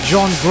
John